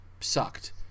Sucked